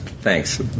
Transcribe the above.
Thanks